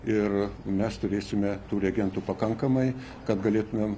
ir mes turėsime tų reagentų pakankamai kad galėtumėm